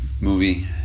movie